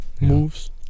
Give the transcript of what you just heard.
moves